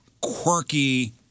quirky